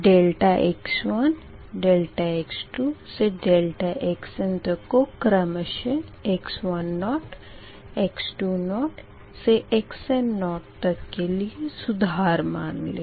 ∆x1 ∆x2से ∆xn तक को क्रमशः x10 x20 से xn0 तक के लिए सुधार मान लें